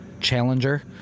challenger